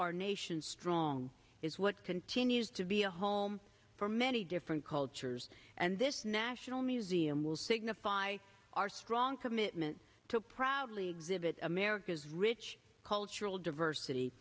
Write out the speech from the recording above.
our nation strong is what continues to be a home for many different cultures and this national museum will signify our strong commitment to proudly exhibit america's rich cultural diversity